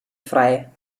frei